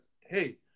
Hey